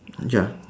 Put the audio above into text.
ya